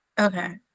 Okay